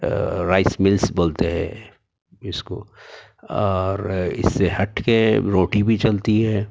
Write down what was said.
rice mills بولتے ہیں اس کو اور اس سے ہٹ کے روٹی بھی چلتی ہے